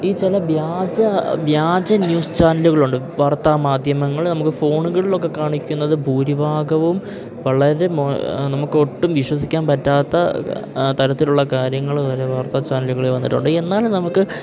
ഈ ചില വ്യാജ വ്യാജ ന്യൂസ് ചാനലുകളുണ്ട് വാർത്താ മാധ്യമങ്ങള് നമുക്ക് ഫോണുകളിലൊക്കെ കാണിക്കുന്നത് ഭൂരിഭാഗവും വളരെ മോ നമുക്ക് ഒട്ടും വിശ്വസിക്കാൻ പറ്റാത്ത തരത്തിലുള്ള കാര്യങ്ങള് വരെ വാർത്താ ചാനലുകളിൽ വന്നിട്ടുണ്ട് എന്നാലും നമുക്ക്